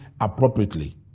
appropriately